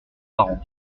parents